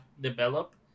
develop